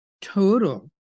total